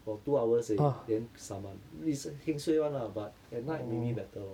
or two hours 而已 then summon is heng suay [one] lah but at night maybe better lor